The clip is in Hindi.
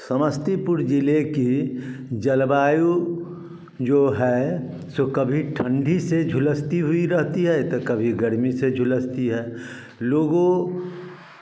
समस्तीपुर ज़िले के जलवायु जो हए सो कभी ठंडी से झुलसती हुई रहती है तो कभी गर्मी से झुलसती है लोगों